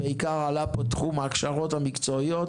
עלה פה בעיקר תחום ההכשרות המקצועיות.